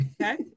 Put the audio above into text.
okay